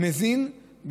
מזין,